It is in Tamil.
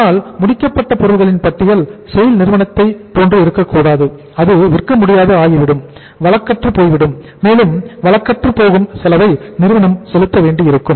ஆனால் முடிக்கப்பட்ட பொருட்களின் பட்டியல் SAIL நிறுவனத்தை போன்று இருக்கக் கூடாது அது விற்க முடியாதது ஆகிவிடும் வழக்கற்றுப்போய்விடும் மேலும் வழக்கற்றுப் போகும் செலவை நிறுவனம் செலுத்த வேண்டியிருக்கும்